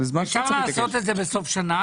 אפשר לעשות את זה בסוף שנה.